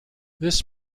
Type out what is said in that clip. this